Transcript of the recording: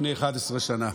11 שנה.